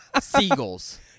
Seagulls